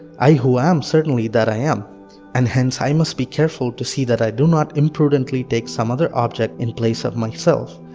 i who am certain that i am and hence i must be careful to see that i do not imprudently take some other object in place of myself,